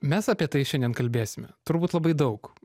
mes apie tai šiandien kalbėsime turbūt labai daug